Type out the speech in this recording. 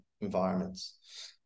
environments